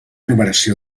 numeració